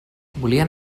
volien